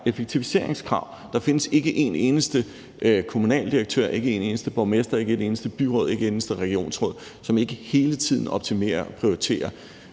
er der effektiviseringskrav. Der findes ikke en eneste kommunaldirektør, ikke en eneste borgmester, ikke et eneste byråd, ikke et eneste regionsråd, som ikke hele tiden optimerer og prioriterer.